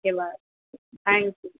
okay bye thank you